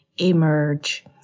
emerge